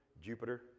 Jupiter